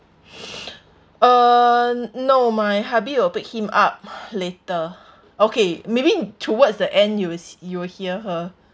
uh no my hubby will pick him up later okay maybe towards the end you will you will hear her